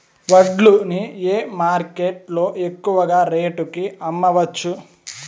వడ్లు ని ఏ మార్కెట్ లో ఎక్కువగా రేటు కి అమ్మవచ్చు?